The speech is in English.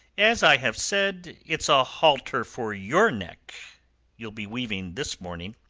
as i've said, it's a halter for your neck ye'll be weaving this morning.